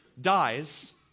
dies